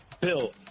bill